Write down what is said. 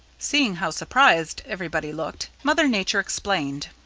seeing how surprised everybody looked, mother nature explained.